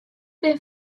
binne